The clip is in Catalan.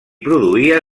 produïa